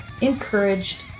encouraged